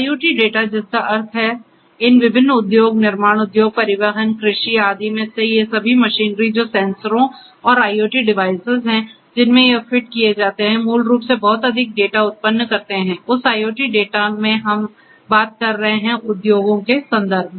IoT data जिसका अर्थ है इन विभिन्न उद्योग निर्माण उद्योग परिवहन कृषि आदि में ये सभी मशीनरी जो सेंसरों और IoT डिवाइस हैं जिनमें यह फिट किए जाते हैं मूल रूप से बहुत अधिक डेटा उत्पन्न करते हैं उस IoT डेटा में हम बात कर रहे हैं उद्योगों का संदर्भ